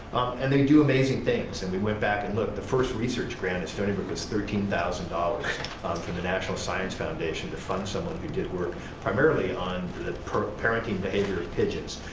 and they do amazing things, and we went back and looked. the first research grant at stony brook was thirteen thousand dollars from the national science foundation to fund someone who did work primarily on the parenting behavior of pigeons,